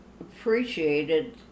appreciated